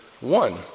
one